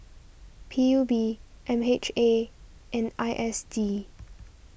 P U B M H A and I S D